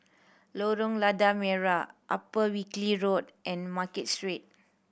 Lorong Lada Merah Upper Wilkie Road and Market Street